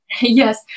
Yes